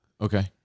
Okay